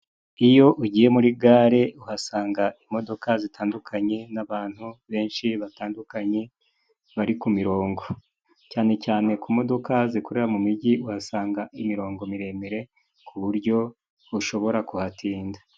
Iyo ugiye muri gare uhasanga imodoka zitandukanye n'abantu benshi batandukanye bari ku mirongo cyane cyane ku modoka zikorera mu mijyi ,uhasanga imirongo miremire ku buryo ushobora kuhatinda.